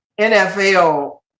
NFL